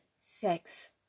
sex